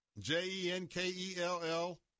J-E-N-K-E-L-L